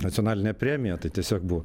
nacionalinė premija tai tiesiog buvo